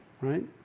Right